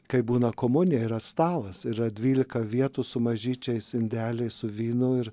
kai būna komunija yra stalas yra dvylika vietų su mažyčiais indeliais su vynu ir